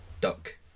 duck